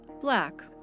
Black